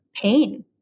pain